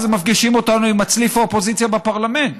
אז הם מפגישים אותנו עם מצליף האופוזיציה בפרלמנט,